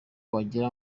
wagira